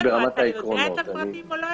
אתה יודע את הפרטים או לא?